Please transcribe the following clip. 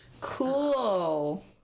Cool